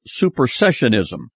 supersessionism